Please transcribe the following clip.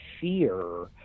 fear